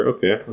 Okay